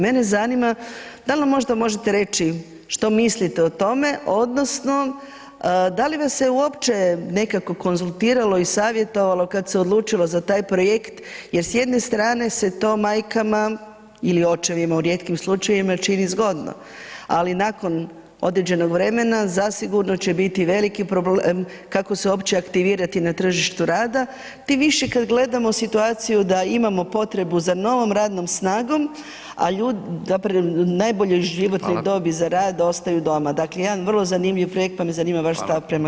Mene zanima, da li možda možete reći što mislite o tome, odnosno da li vas se uopće nekako konzultirali ili savjetovalo kad se odlučilo za taj projekt jer s jedne strane se to majkama ili očevima u rijetkim slučajevima čini zgodno, ali nakon određenog vremena, zasigurno će biti veliki problem kako se uopće aktivirati na tržištu rada, tim više kada gledamo situaciju da imamo potrebu za novom radnom snagom, a ljudi zapravo najbolje životne dobit za rad [[Upadica: Hvala.]] ostaju doma, dakle jedan vrlo zanimljiv projekt, pa me zanima vaš stav prema tome [[Upadica: Hvala.]] Hvala.